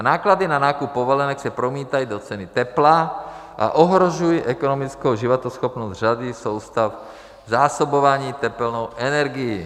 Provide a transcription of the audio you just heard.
Náklady na nákup povolenek se promítají do ceny tepla a ohrožují ekonomickou životaschopnost řady soustav zásobování tepelnou energií.